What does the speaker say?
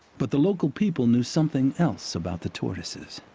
but the local people knew something else about the tortoises.